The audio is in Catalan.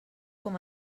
com